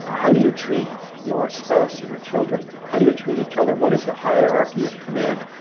how do you treat your spouse or your children? how do you treat each other? what is the hierarchy of command?